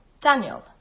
Daniel